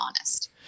honest